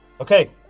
Okay